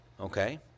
Okay